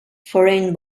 foreign